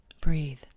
breathe